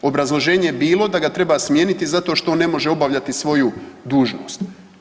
Obrazloženje je bilo da ga treba smijeniti zato što ne može obavljati svoju dužnost.